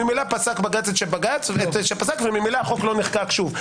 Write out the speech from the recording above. ממילא פסק בג"ץ את שפסק והחוק ממילא לא נחקק שוב.